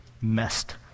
messed